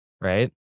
Right